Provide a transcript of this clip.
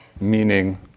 meaning